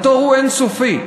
הוא אין-סופי.